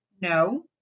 No